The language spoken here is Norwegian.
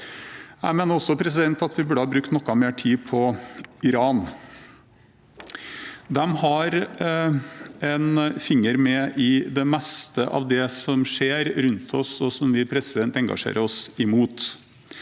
Jeg mener også at vi burde ha brukt noe mer tid på Iran. De har en finger med i det meste av det som skjer rundt oss, og som vi engasjerer oss imot.